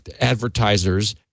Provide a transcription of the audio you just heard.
advertisers